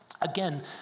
Again